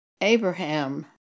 Abraham